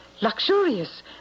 luxurious